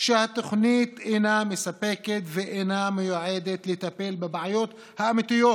שהתוכנית אינה מספקת ואינה מיועדת לטפל בבעיות האמיתיות.